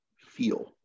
feel